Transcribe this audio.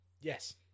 Yes